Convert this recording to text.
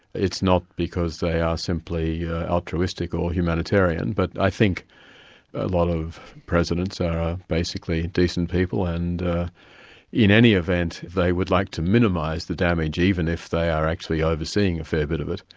it's not because they are simply altruistic or humanitarian, but i think a lot of presidents are basically and decent people and in any event they would like to minimise the damage, even if they are actually overseeing a fair bit of it,